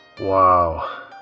Wow